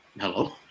Hello